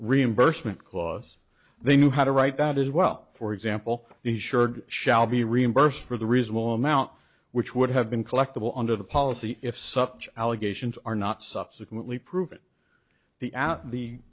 reimbursement clause they knew how to write that as well for example insured shall be reimbursed for the reasonable amount which would have been collectable under the policy if such allegations are not subsequently proven the